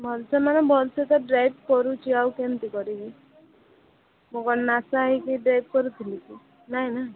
ଭଲସେ ମାନେ ଭଲସେ ତ ଡ୍ରାଇଭ୍ କରୁଛି ଆଉ କେମିତି କରିବି ମୁଁ କ'ଣ ନାସା ହେଇକି କି ଡ୍ରାଇଭ୍ କରୁଥିଲି କି ନାହିଁନା